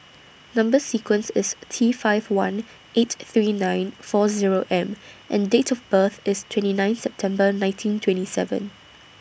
Number sequence IS T five one eight three nine four Zero M and Date of birth IS twenty nine September nineteen twenty seven